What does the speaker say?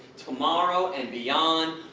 tomorrow and beyond.